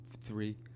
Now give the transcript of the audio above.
three